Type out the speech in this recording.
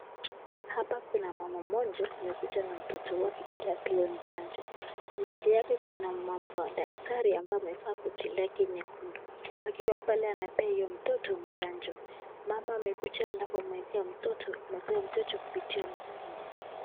Hapa kuna mama mmoja amekuja na mtoto wake ili apewe chanjo, mele yake kuna daktari amabye amevaa koti lake nyekundu akiwa pale ana pea huyo mtoto chanjo ,mama amekuja alafu anachanja mtoto kupitia mkono.